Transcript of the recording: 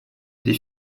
des